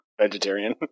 vegetarian